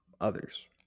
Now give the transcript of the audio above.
others